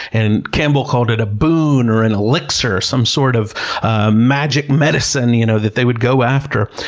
and campbell called it a boon, or an elixir, or some sort of a magic medicine, you know, that they would go after.